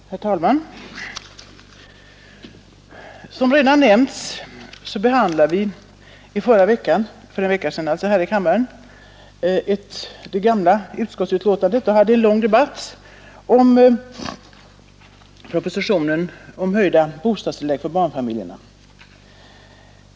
Herr talman! Som redan nämnts behandlade vi socialutskottets förra betänkande i detta ärende för en vecka sedan här i kammaren, och då hade vi en ganska lång debatt om propositionen rörande höjda bostadstillägg för barnfamiljerna.